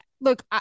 look